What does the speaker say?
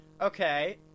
Okay